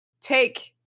take